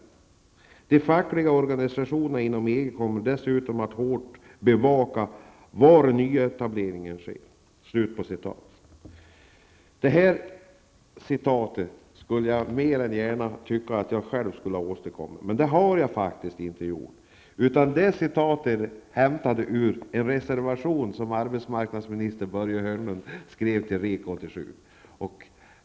De fackliga organisationerna inom EG kommer dessutom att hårt bevaka var nyetableringen sker. Jag skulle mer än gärna önska att jag själv hade sagt dessa ord, men det har jag faktiskt inte, utan de är hämtade ur en reservation som arbetsmarknadsminister Börje Hörnlund skrev till REK 87.